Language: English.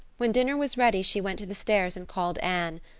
when dinner was ready she went to the stairs and called anne.